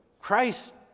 Christ